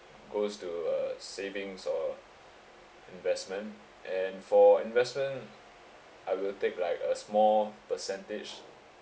goes to uh savings or investment and for investment I will take like a small percentage